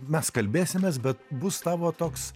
mes kalbėsimės bet bus tavo toks